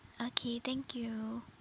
okay thank you